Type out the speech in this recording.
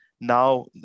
Now